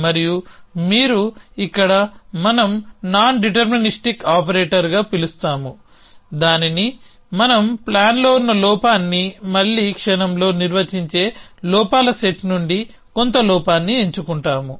మరియు మీరు ఇక్కడ మనం నాన్డిటర్మినిస్టిక్ ఆపరేటర్గా పిలుస్తాము దానిని మనం ప్లాన్లో ఉన్న లోపాన్ని మళ్లీ క్షణంలో నిర్వచించే లోపాల సెట్ నుండి కొంత లోపాన్ని ఎంచుకుంటాము